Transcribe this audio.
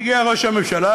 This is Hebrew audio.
הגיע ראש הממשלה,